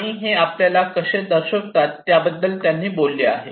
प्राणी हे आपल्याला कसे दर्शवतात याविषयी त्यांनी बोलले आहे